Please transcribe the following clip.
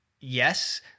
yes